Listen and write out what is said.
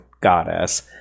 goddess